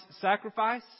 sacrifice